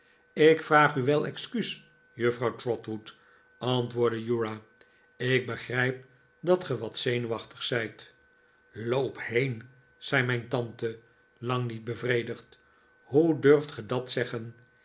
ik vraag u wel excuus juffrouw trotwood antwoordde uriah ik begrijp dat ge wat zenuwachtig zijt loop heen zei mijn tante lang niet bevredigd hoe durft ge dat zeggen